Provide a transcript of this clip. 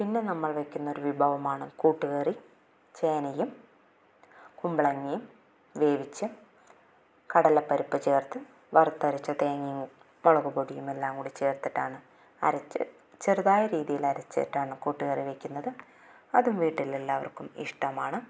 പിന്നെ നമ്മള് വെക്കുന്നൊരു വിഭവമാണ് കൂട്ടുകറി ചേനയും കുംബ്ലങ്ങയും വേവിച്ച് കടലപ്പരിപ്പ് ചേര്ത്ത് വറുത്തരച്ച തേങ്ങയും മുളകുപോടിയും എല്ലാം കൂടി ചേര്ത്തിട്ടാണ് അരച്ച് ചെറുതായ രീതിയില് അരച്ചിട്ടാണ് കൂട്ടുകറി വയ്ക്കുന്നത് അതും വീട്ടില് എല്ലാവര്ക്കും ഇഷ്ടമാണ്